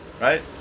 right